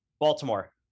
Baltimore